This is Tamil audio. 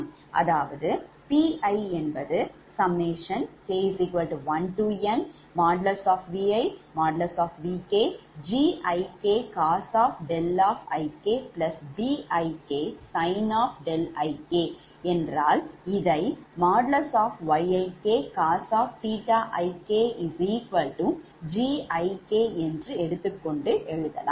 அதாவது Pik1nViVkGik cosikBik Sin ik என்றால் இதை |Yik|cos ik Gik என்று எடுத்து கொண்டு எழுதலாம்